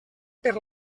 per